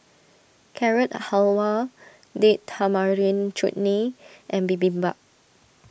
Carrot Halwa Date Tamarind Chutney and Bibimbap